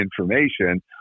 information